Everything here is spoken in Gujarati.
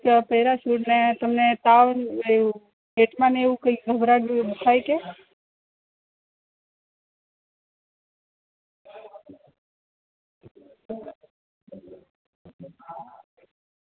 ત્યાં પેરાસૂટને તમને તાવ આવ્યું પેટમાં ને એવું કંઈ ઘબરાટ જેવું થાય કે